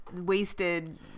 wasted